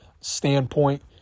standpoint